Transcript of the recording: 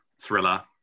thriller